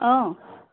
অঁ